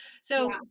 So-